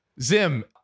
zim